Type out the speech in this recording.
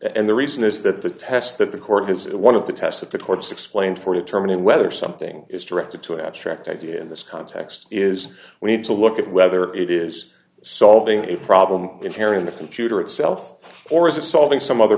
and the reason is that the test that the court gives one of the tests with the court's explained for determining whether something is directed to an abstract idea in this context is we need to look at whether it is solving a problem in tearing the computer itself or the solving some other